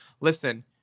listen